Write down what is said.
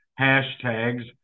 hashtags